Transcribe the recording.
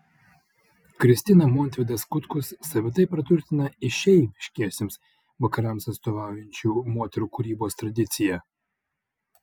kristina montvidas kutkus savitai praturtina išeiviškiesiems vakarams atstovaujančių moterų kūrybos tradiciją